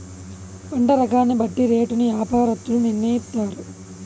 పంట రకాన్ని బట్టి రేటును యాపారత్తులు నిర్ణయిత్తారు